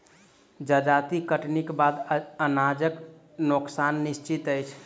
जजाति कटनीक बाद अनाजक नोकसान निश्चित अछि